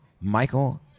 Michael